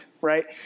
right